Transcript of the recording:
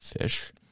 fish